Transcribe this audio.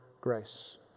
grace